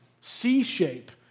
C-shape